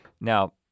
now